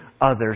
others